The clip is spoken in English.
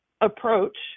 approach